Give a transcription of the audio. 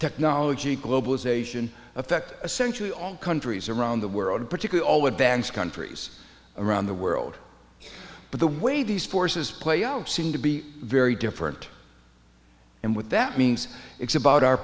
technology globalization affect essentially all countries around the world in particular all advanced countries around the world but the way these forces play out seem to be very different and what that means it's about our